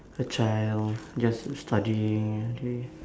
a child just studying all day